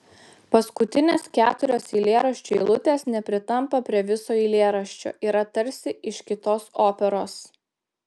paskutinės keturios eilėraščio eilutės nepritampa prie viso eilėraščio yra tarsi iš kitos operos